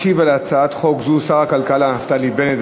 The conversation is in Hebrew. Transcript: ישיב על הצעת חוק זו שר הכלכלה נפתלי בנט.